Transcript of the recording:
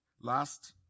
Last